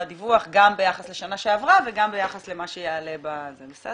דיווח גם ביחס לשנה שעברה וגם ביחס למה שיעלה עכשיו.